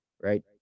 right